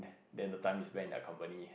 than the time you spend in their company